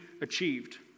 achieved